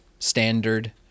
standard